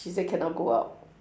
she said cannot go out